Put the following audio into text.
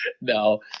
No